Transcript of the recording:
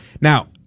Now